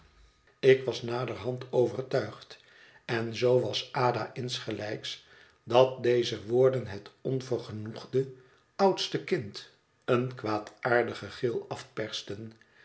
ik was naderhand overtuigd en zoo was ada insgelijks dat deze woorden het onvergenoegde oudste kind een kwaadaardigen gil